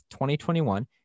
2021